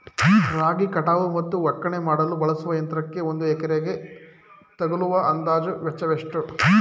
ರಾಗಿ ಕಟಾವು ಮತ್ತು ಒಕ್ಕಣೆ ಮಾಡಲು ಬಳಸುವ ಯಂತ್ರಕ್ಕೆ ಒಂದು ಎಕರೆಗೆ ತಗಲುವ ಅಂದಾಜು ವೆಚ್ಚ ಎಷ್ಟು?